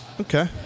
Okay